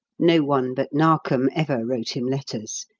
no one but narkom ever wrote him letters.